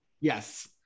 Yes